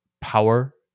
power